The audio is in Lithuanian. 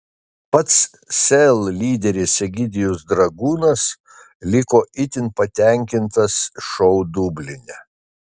pats sel lyderis egidijus dragūnas liko itin patenkintas šou dubline